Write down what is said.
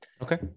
Okay